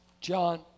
John